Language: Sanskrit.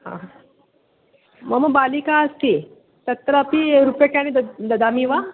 मम बालिका अस्ति तत्रापि रूप्यकाणि तत् ददामि वा